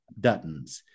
Duttons